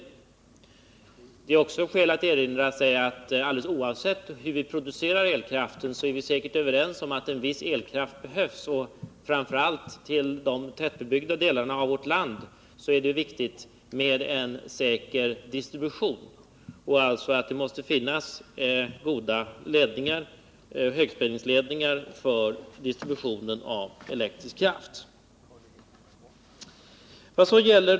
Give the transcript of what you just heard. Det finns också skäl att erinra sig att vi alldeles oavsett hur vi producerar elkraften säkert är överens om att det behövs en viss mängd elkraft. Framför allt för de tätbebyggda delarna av vårt land är det viktigt med en säker distribution. Det måste alltså finnas goda högspänningsledningar för distributionen av elektrisk kraft.